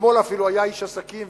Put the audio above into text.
אתמול אפילו היה איש עסקים,